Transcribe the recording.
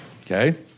okay